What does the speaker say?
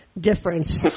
difference